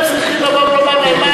הם צריכים לבוא ולומר להם,